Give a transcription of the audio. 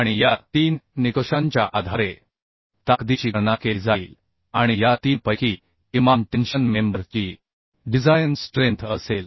आणि या तीन निकषांच्या आधारे ताकदीची गणना केली जाईल आणि या तीनपैकी किमान टेन्शन मेंबर ची डिझायन स्ट्रेंथ असेल